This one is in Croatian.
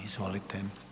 Izvolite.